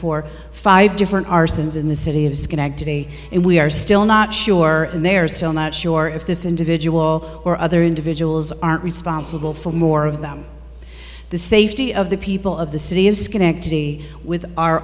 for five different arsons in the city of schenectady and we are still not sure and they are still not sure if this individual or other individuals aren't responsible for more of them the safety of the people of the city of schenectady with our